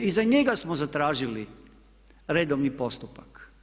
I za njega smo zatražili redovni postupak.